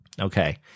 Okay